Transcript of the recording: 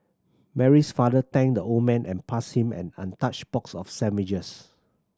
Mary's father thanked the old man and passed him an untouched box of sandwiches